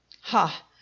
Ha